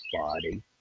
body